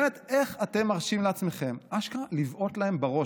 באמת, איך אתם מרשים לעצמכם אשכרה לבעוט להם בראש?